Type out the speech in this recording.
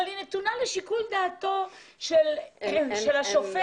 אבל היא נתונה לשיקול דעתו של השופט.